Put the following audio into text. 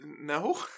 no